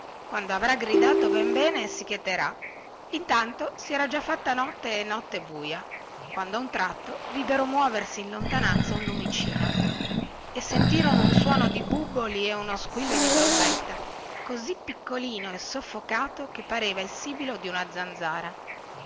quando avrà gridato ben bene si cheterà intanto si era già fatta notte e notte buia quando a un tratto videro muoversi in lontananza un lumicino e sentirono un suono di bubboli e uno squillo di trombetta così piccolino e soffocato che pareva il sibilo di una zanzara